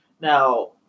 Now